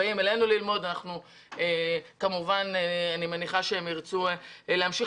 באים אלינו ללמוד ואני מניחה שהם ירצו להמשיך